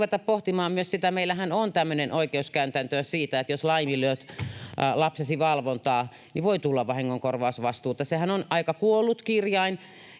tämmöinen oikeuskäytäntö siitä, että jos laiminlyöt lapsesi valvontaa, niin voi tulla vahingonkorvausvastuuta. Sehän on aika kuollut kirjain